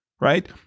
right